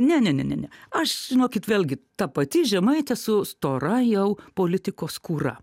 ne ne ne ne aš žinokit vėlgi ta pati žemaitė su stora jau politikos skūra